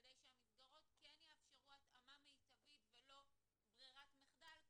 כדי שהמסגרות כן יאפשרו התאמה מיטבית ולא ברירת מחדל,